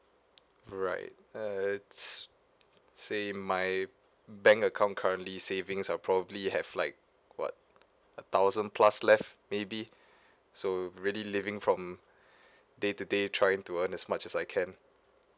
alright uh it's say my bank account currently savings are probably have like what a thousand plus left maybe so really living from day to day trying to earn as much as I can